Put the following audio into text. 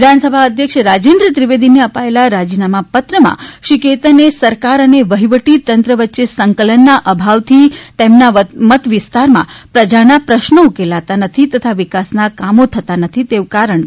વિધાનસભા અધ્યક્ષ રાજેન્રઈ ત્રિવેદીને અપાયેલા રાજીનામા પત્રમાં શ્રી કેતને સરકાર અને વહીવટીતંત્ર વચ્ચે સંકલનના અભાવથી તેમના મત વિસ્તારમાં પ્રજાના પ્રશ્નો ઉકેલાતા નથી તથા વિકાસના કામો થતાં નથી તેવું કારણ જણાવ્યું છે